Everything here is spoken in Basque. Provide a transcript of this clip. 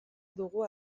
dugu